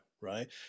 right